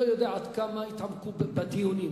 לא יודע עד כמה התעמקו בדיונים.